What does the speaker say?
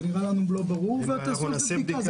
זה נראה לנו לא ברור, ותעשו על זה בדיקה.